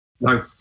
No